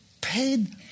paid